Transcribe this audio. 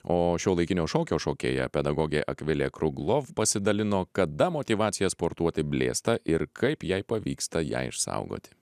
o šiuolaikinio šokio šokėja pedagogė akvilė kruglov pasidalino kada motyvacija sportuoti blėsta ir kaip jai pavyksta ją išsaugoti